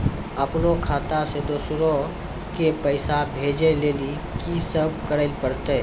अपनो खाता से दूसरा के पैसा भेजै लेली की सब करे परतै?